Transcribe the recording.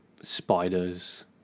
spiders